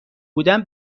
بودم